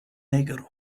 negro